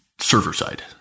server-side